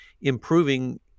improving